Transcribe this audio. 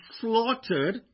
slaughtered